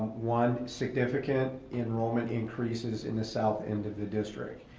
one, significant enrollment increases in the south end of the district.